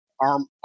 arm